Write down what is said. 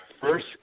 first